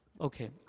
Okay